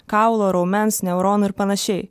kaulo raumens neuronų ir panašiai